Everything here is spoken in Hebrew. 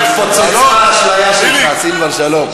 התפוצצה האשליה שלך, סילבן שלום.